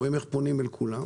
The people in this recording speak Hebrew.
רואים איך פונים אל כולם.